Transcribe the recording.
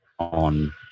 on